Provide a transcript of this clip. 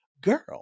girl